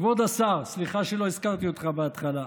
כבוד השר, סליחה שלא הזכרתי אותך בהתחלה.